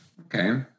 Okay